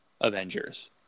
Avengers